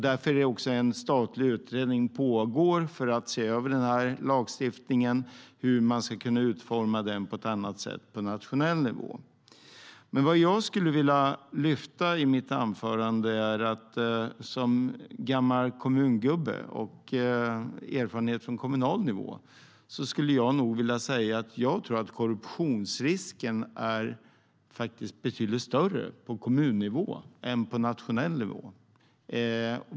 Därför pågår en statlig utredning för att se över den här lagstiftningen och hur man ska kunna utforma den på ett annat sätt på nationell nivå. Men vad jag skulle vilja lyfta fram i mitt anförande är att jag som gammal kommungubbe och med erfarenhet från kommunal nivå tror att korruptionsrisken är betydligt större på kommunnivå än på nationell nivå.